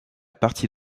partie